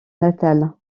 natale